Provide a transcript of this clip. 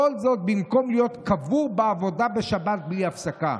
כל זאת, במקום להיות קבור בעבודה בשבת בלי הפסקה'.